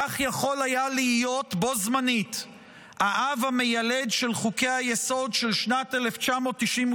כך יכול היה להיות בו בזמן האב המיילד של חוקי-היסוד של שנת 1992,